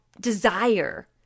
desire